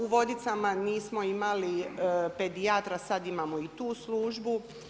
U Vodicama nismo imali pedijatra, sad imamo i tu službu.